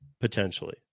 potentially